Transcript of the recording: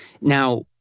Now